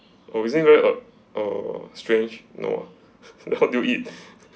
oh isn't very uh uh strange no ah how do you eat